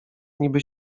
niby